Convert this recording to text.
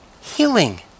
Healing